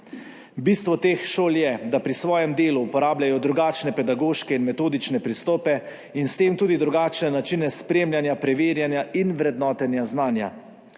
Bistvo teh šol je, da pri svojem delu uporabljajo drugačne pedagoške in metodične pristope in s tem tudi drugačne načine spremljanja, preverjanja in vrednotenja znanja.